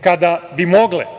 Kada bi mogle,